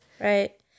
Right